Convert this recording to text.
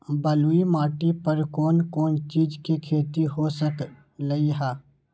बलुई माटी पर कोन कोन चीज के खेती हो सकलई ह?